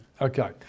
Okay